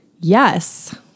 yes